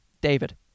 David